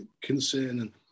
concerning